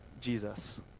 Jesus